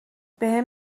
بهم